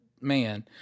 man